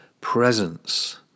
presence